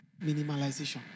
minimalization